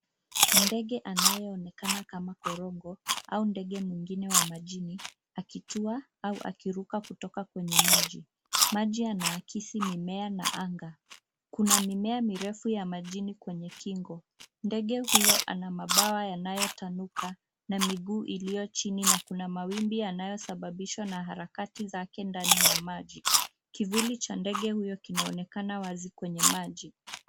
Ndege anayeonekana kama korongo au ndege mwingine wa majini akitua au akiruka kutoka kwenye maji. Maji yanaakisi mimea na anga. Kuna mimea mirefu ya majini kwenye kingo. Ndege huyo ana mabawa yanayotanuka na miguu iliyo chini, na kuna mawimbi yanayosababishwa na harakati zake ndani ya maji. Kivuli cha ndege huyo kinaonekana wazi kwenye maji.